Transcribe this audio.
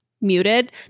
muted